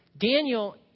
Daniel